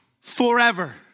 forever